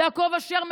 יעקב אשר,